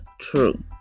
true